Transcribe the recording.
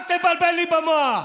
אל תבלבל לי במוח.